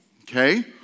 okay